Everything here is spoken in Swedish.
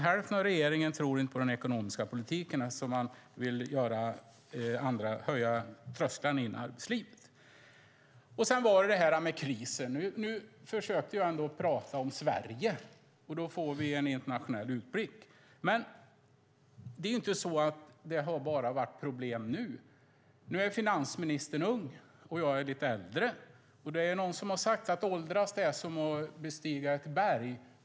Hälften av regeringen tror inte på den ekonomiska politiken, eftersom man vill höja trösklarna in till arbetslivet. Sedan var det detta med krisen. Nu försökte jag prata om Sverige, och då får vi en internationell utblick. Men det är inte så att det bara har varit problem nu. Finansministern är ung, och jag är lite äldre. Det är någon som har sagt så här: Att åldras är som att bestiga ett berg.